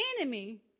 enemy